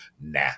Nah